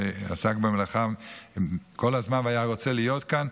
שעסק במלאכה כל הזמן והיה רוצה להיות כאן,